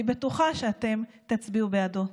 אני בטוחה שאתם תצביעו בעדו.